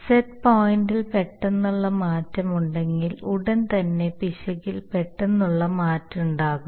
set പോയിന്റിൽ പെട്ടെന്നുള്ള മാറ്റമുണ്ടെങ്കിൽ ഉടൻ തന്നെ പിശകിൽ പെട്ടെന്നുള്ള മാറ്റമുണ്ടാകും